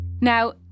Now